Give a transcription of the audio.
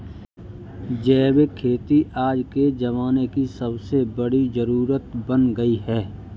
जैविक खेती आज के ज़माने की सबसे बड़ी जरुरत बन गयी है